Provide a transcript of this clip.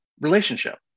Relationship